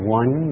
one